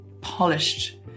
polished